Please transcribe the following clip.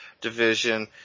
division